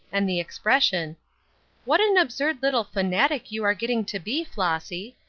and the expression what an absurd little fanatic you are getting to be, flossy!